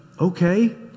Okay